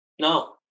No